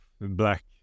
Black